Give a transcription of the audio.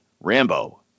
Rambo